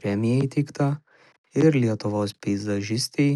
premija įteikta ir lietuvos peizažistei